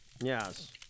Yes